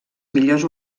millors